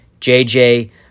JJ